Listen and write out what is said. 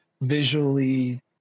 visually